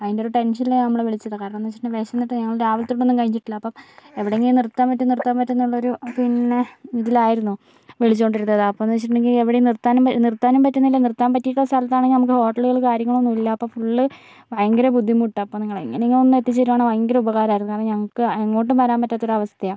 അതിൻ്റെ ഒരു ടെൻഷനിലാ നമ്മള് വിളിച്ചത് കാരണം എന്താന്ന് വെച്ചിട്ടുണ്ടെങ്കിൽ വിശന്നിട്ട് ഞങ്ങള് രാവിലെ തൊട്ട് ഒന്നും കഴിച്ചിട്ടില്ല അപ്പം എവിടെങ്കിലും നിർത്താൻ പറ്റുമോ നിർത്താൻ പറ്റുമോ എന്നുള്ളൊരു പിന്നെ ഇതിലായിരുന്നു വിളിച്ചോണ്ടിരുന്നത് അപ്പന്ന് വെച്ചിട്ടുണ്ടെങ്കിൽ എവിടെയും നിർത്താനും പറ്റി നിർത്താനും പറ്റുന്നില്ല നിർത്താൻ പറ്റിട്ടുള്ള സ്ഥലത്താണെങ്കി നമുക്ക് ഹോട്ടലുകളും കാര്യങ്ങളും ഒന്നും ഇല്ല അപ്പോ ഫുള്ള് ഭയങ്കര ബുദ്ധിമുട്ടാ അപ്പ നിങ്ങള് എങ്ങനെങ്കിലും ഒന്ന് എത്തിച്ചു തരുവാണെങ്കിൽ ഭയങ്കര ഉപകാരം ആയിരുന്നു കാരണം ഞങ്ങക്ക് എങ്ങോട്ടും വരാൻ പറ്റാത്ത ഒരു അവസ്ഥയാണ്